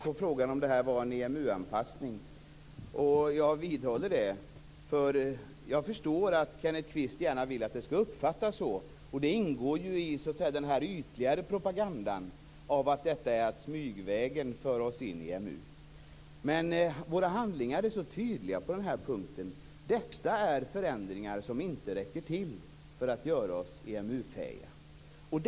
Fru talman! Jag svarade både ja och nej - och jag vidhåller det - på frågan om det här är en EMU anpassning. Jag förstår att Kenneth Kvist gärna vill att det skall uppfattas så. Det ingår i den ytligare propagandan om att det är fråga om att smygvägen föra oss in i EMU. Våra handlingar är dock tydliga på den här punkten. Det gäller förändringar som inte räcker till för att göra oss EMU-fähiga.